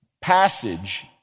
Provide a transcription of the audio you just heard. passage